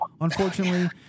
Unfortunately